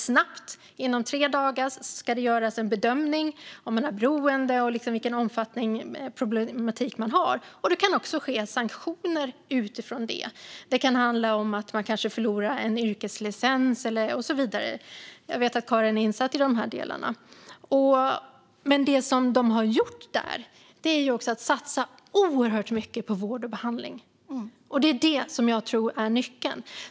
Snabbt - inom tre dagar - ska en bedömning göras av om man har ett beroende och vilken omfattning ens problematik har. Sanktioner kan även utdelas utifrån det. Man förlorar kanske en yrkeslicens eller liknande. Jag vet att Karin är insatt i dessa delar. Det man har gjort i Portugal är dock att satsa oerhört mycket på vård och behandling. Det tror jag är nyckeln.